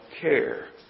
care